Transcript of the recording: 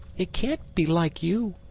it can't be like you.